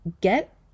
get